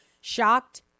shocked